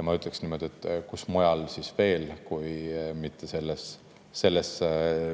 Ma ütleksin niimoodi, et kus mujal siis veel kui mitte selles